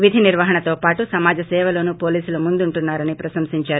విధి నిర్వహణతో పాటు సమాజాసేవలోనూ పోలీసులు ముందుంటున్నా రని ప్రశంసించారు